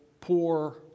poor